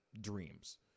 dreams